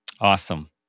Awesome